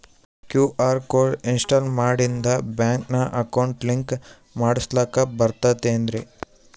QR code install ಮಾಡಿಂದ ಬ್ಯಾಂಕಿನ account link ಮಾಡಸ್ಲಾಕ ಬರ್ತದೇನ್ರಿ